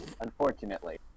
unfortunately